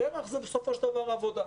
פר"ח זה בסופו של דבר עבודה.